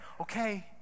Okay